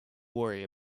worry